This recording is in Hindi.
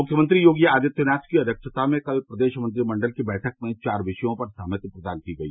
मुख्यमंत्री योगी आदित्यनाथ की अध्यक्षता में कल प्रदेश मंत्रिमंडल की बैठक में चार विषयों पर सहमति प्रदान की गई